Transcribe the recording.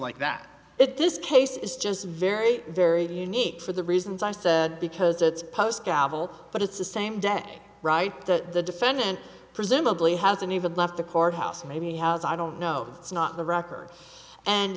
like that it this case is just very very unique for the reasons i said because it's post gavel but it's the same day right that the defendant presumably hasn't even left the courthouse maybe he has i don't know it's not the record and